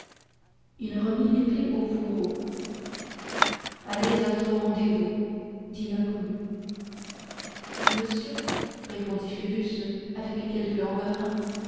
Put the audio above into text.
il remit l'épée au fourreau allez à votre rendez-vous reprit l'inconnu monsieur répondit phoebus avec quelque embarras